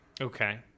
Okay